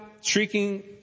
shrieking